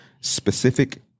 specific